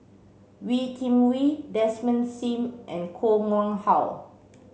Wee Kim Wee Desmond Sim and Koh Nguang How